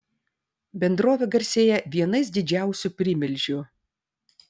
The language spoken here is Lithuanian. bendrovė garsėja vienais didžiausių primilžių